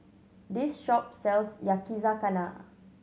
this shop sells Yakizakana